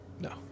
No